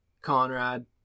Conrad